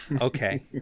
Okay